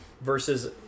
versus